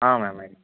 ಹಾಂ ಮ್ಯಾಮ್ ಹೇಳಿ